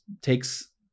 takes